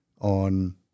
on